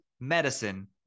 medicine